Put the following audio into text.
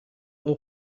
اون